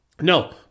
no